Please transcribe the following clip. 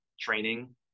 training